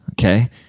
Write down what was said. okay